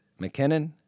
McKinnon